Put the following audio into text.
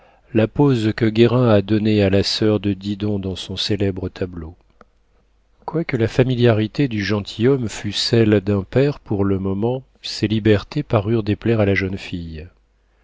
la pose que guérin a donnée à la soeur de didon dans son célèbre tableau quoique la familiarité du gentilhomme fût celle d'un père pour le moment ses libertés parurent déplaire à la jeune fille